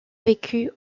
vécu